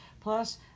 Plus